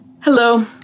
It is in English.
Hello